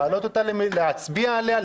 להצביע עליה,